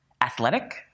athletic